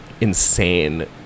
insane